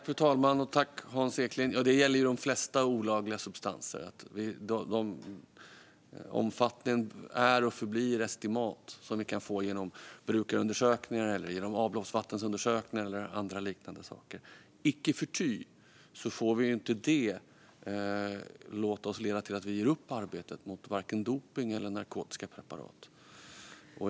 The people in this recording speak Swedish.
Fru talman! Detta gäller de flesta olagliga substanser. Den omfattning som vi kan få fram genom brukarundersökningar, avloppsvattenundersökningar och liknande är och förblir estimerad. Icke förty får det inte göra att vi ger upp arbetet mot vare sig dopningspreparat eller narkotiska preparat.